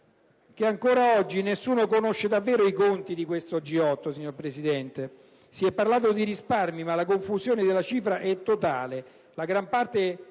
che ancora oggi nessuno conosce davvero i conti di questo G8, signora Presidente. Si è parlato di risparmi, ma la confusione delle cifre è totale.